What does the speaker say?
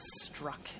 struck